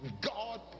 god